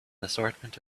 assortment